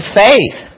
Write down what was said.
faith